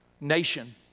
nation